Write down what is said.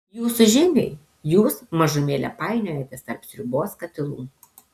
jūsų žiniai jūs mažumėlę painiojatės tarp sriubos katilų